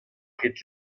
rit